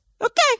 okay